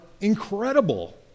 incredible